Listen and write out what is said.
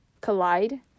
collide